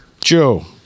Joe